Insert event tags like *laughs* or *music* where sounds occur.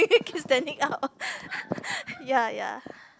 *laughs* keep standing up *laughs* ya ya